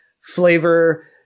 flavor